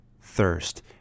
thirst